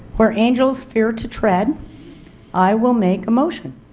where angels fear to tread i will make a motion.